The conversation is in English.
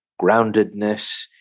groundedness